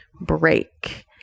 break